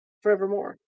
forevermore